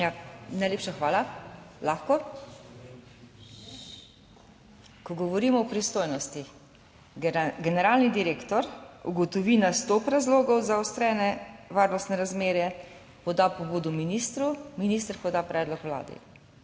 najlepša hvala. Lahko? Ko govorimo o pristojnostih, generalni direktor ugotovi na sto razlogov zaostrene varnostne razmere, poda pobudo ministru, minister poda predlog Vladi.